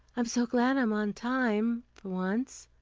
i'm so glad i'm on time, for once.